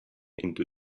into